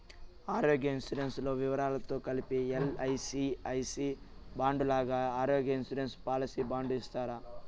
ఆరోగ్య ఇన్సూరెన్సు లో వివరాలతో కలిపి ఎల్.ఐ.సి ఐ సి బాండు లాగా ఆరోగ్య ఇన్సూరెన్సు పాలసీ బాండు ఇస్తారా?